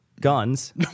guns